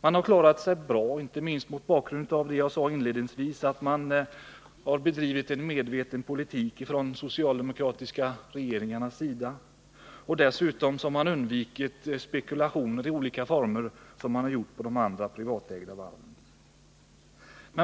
Man har klarat sig rätt bra, inte minst på grund av vad jag sade inledningsvis, nämligen detta att de socialdemokratiska regeringarna har bedrivit en medveten politik. Dessutom har man undvikit spekulation av det slag som de privatägda varven har ägnat sig åt.